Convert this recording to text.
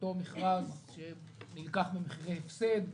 אותו מכרז שנלקח במחירי הפסד.